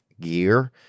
gear